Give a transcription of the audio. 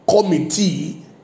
committee